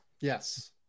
yes